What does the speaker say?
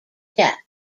death